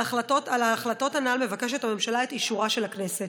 על ההחלטות הנ"ל מבקשת הממשלה את אישורה של הכנסת.